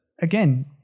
Again